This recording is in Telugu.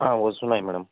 వస్తున్నాయి మేడం